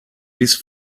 best